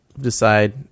decide